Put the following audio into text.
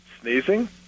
Sneezing